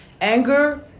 anger